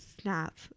snap